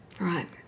Right